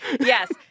Yes